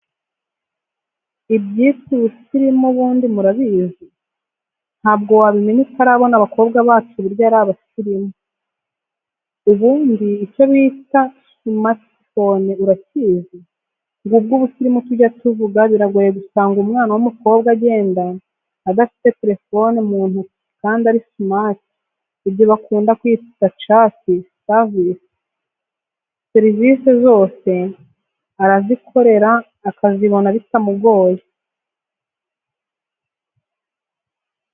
Ibyitwa ubusirimu ubundi murabizi? ntabwo wabimenya utarabona abakobwa bacu uburyo arabasirimu. Ubundise icyobita sumati fone urakizi? ngubwo ubusirimu tujya tuvuga biragoye gusanga umwana w,umukobwa agenda adafite terifoni muntuki kandi ari sumati ibyo bakunda kwita taci serivise zose arazikorera akazibona bitamugoye.